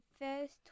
first